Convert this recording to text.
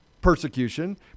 persecution